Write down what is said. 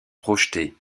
projetés